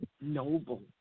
Noble